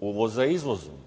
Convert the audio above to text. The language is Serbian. uvoza izvozom.